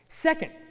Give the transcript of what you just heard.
Second